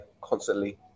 constantly